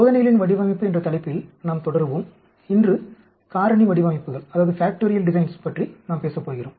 சோதனைகளின் வடிவமைப்பு என்ற தலைப்பில் நாம் தொடருவோம் இன்று காரணி வடிவமைப்புகளைப் பற்றி நாம் பேசப்போகிறோம்